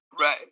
Right